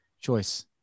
choice